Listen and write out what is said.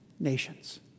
nations